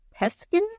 peskin